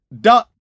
Duck